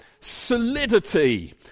solidity